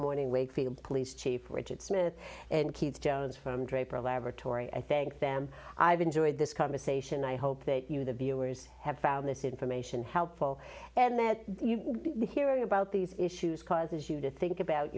morning wakefield police chief richard smith and keith jones from draper laboratory i thank them i've enjoyed this conversation i hope that you the viewers have found this information helpful and that hearing about these issues causes you to think about